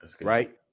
right